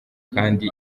kandi